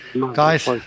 guys